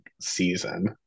season